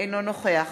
אינו נוכח